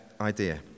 idea